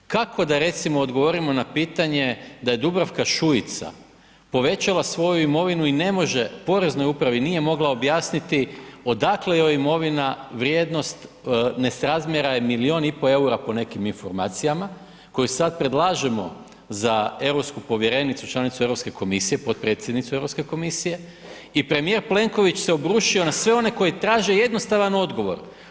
Kako da recimo odgovorio na pitanje da je Dubravka Šuica povećala svoju imovinu i ne može poreznoj upravi nije mogla objasniti odakle joj imovina vrijednost nesrazmjera je milijun i pol eura po nekim informacijama koje sad predlažemo za europsku povjerenicu, članicu Europske komisije, potpredsjednicu Europske komisije i premijer Plenković se obrušio na sve one koji traže jednostavan odgovor.